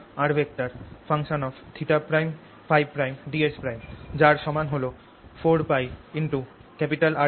ds যার সমান হল 4πR33 sin θ'cos Փ'r2